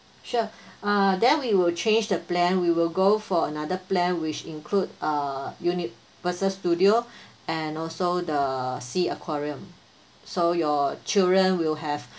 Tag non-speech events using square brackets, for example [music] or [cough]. sure [breath] uh then we will change the plan we will go for another plan which include uh universal studio [breath] and also the sea aquarium so your children will have [breath]